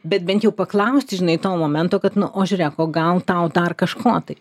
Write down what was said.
bet bent jai paklausti žinai to momento kad nu o žiūrėk o gal tau dar kažko tai